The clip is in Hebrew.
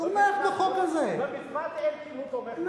תומך בחוק הזה, כמצוות אלקין הוא תומך בחוק.